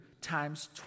times